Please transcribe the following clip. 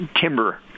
timber